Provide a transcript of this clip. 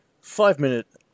five-minute